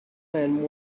man